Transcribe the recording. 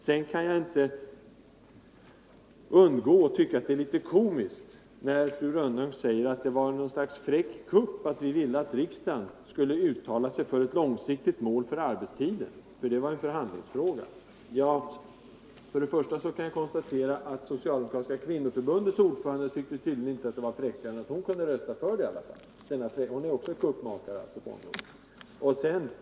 Sedan är det litet komiskt när fru Rönnung säger, att eftersom detta är en förhandlingsfråga så var det en fräck kupp när vi ville att riksdagen skulle uttala sig för ett långsiktigt mål för arbetstiden. För det första kan jag konstatera att socialdemokratiska kvinnoförbundets ordförande tydligen inte tyckte att det var fräckare, än att hon kunde rösta för det. Hon var alltså också en kuppmakare.